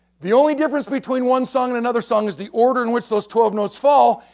the only difference between one song and another song is the order in which those twelve notes fall,